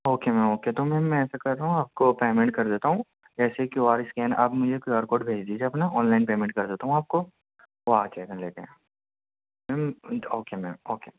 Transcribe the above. okay ma'am okay تو ma'am میں ایسا کر رہا ہوں آپ کو پیمنٹ کر دیتا ہوں ایسے کیو آر اسکین آپ مجھے کیو آر کوڈ بھیج دیجیے اپنا آن لائن پیمنٹ کر دیتا ہوں آپ کو وہ آ جائے گا لے کے میم اوکے میم اوکے